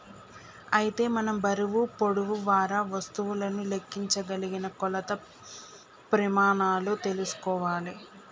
అయితే మనం బరువు పొడవు వారా వస్తువులను లెక్కించగలిగిన కొలత ప్రెమానాలు తెల్సుకోవాలే